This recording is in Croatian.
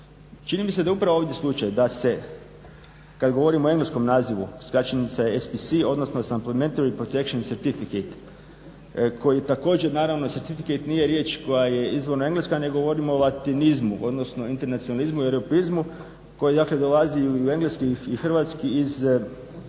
Čini mi se da je upravo ovdje slučaj da se kad govorio o engleskom nazivu skraćenica SPC odnosno suplementary protection certificate koji također naravno certificate nije riječ koja je izvorno engleska … govorimo o latinizmu, odnosno internacionalizmu i … koji dakle dolazi i u engleski i hrvatski iz